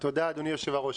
תודה, אדוני יושב-הראש.